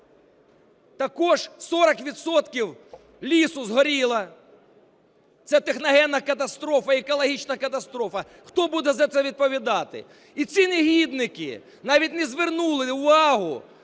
відсотків лісу згоріло – це техногенна катастрофа і екологічна катастрофа. Хто буде за це відповідати? І ці негідники навіть не звернули увагу